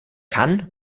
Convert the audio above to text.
kann